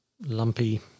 lumpy